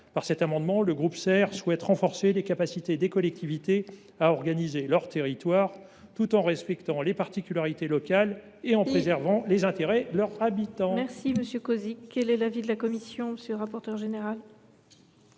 Par cet amendement, le groupe SER souhaite renforcer les capacités des collectivités à organiser leur territoire, tout en respectant les particularités locales et en préservant les intérêts de leurs habitants.